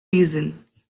reasons